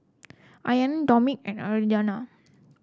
Alaina Dominik and Adria